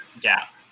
gap